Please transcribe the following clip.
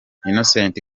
innocent